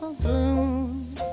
bloom